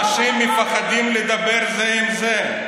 אנשים מפחדים לדבר זה עם זה,